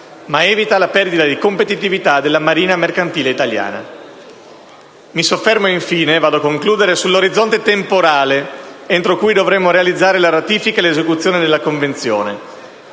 ma evita la perdita di competitività della marina mercantile italiana. Mi soffermo, infine, sull'orizzonte temporale entro cui dovremmo realizzare la ratifica e l'esecuzione della Convenzione.